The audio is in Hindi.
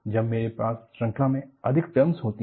जब मेरे पास श्रंखला में अधिक टर्मस होती है